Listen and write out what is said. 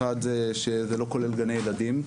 אחד זה שזה לא כולל גני ילדים,